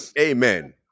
Amen